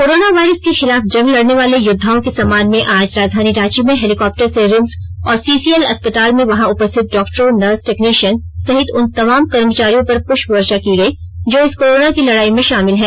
corona virus के खिलाफ जंग लड़ने वाले योद्वाओं के सम्मान में आज राजधानी रांची में हेलिकॉप्टर से रिम्स और सीसीएल अस्पताल में वहां उपस्थित डॉक्टरों नर्स टेक्निषियन सहित उन तमाम कर्मचारियों पर पूष्य वर्षा की गयी जो इस कोरोना की लड़ाई में शामिल हैं